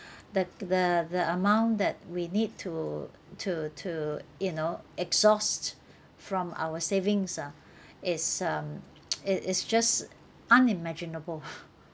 the the the the amount that we need to to to you know exhaust from our savings ah is um it is just unimaginable